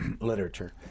literature